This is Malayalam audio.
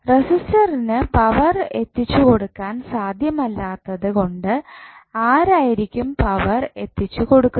റെസിസ്റ്ററിനു പവർ എത്തിച്ചുകൊടുക്കാൻ സാധ്യമല്ലാത്തത് കൊണ്ട് ആരായിരിക്കും പവർ എത്തിച്ചു കൊടുക്കുന്നത്